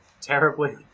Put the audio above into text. terribly